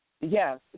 Yes